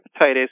hepatitis